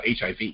HIV